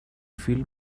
phil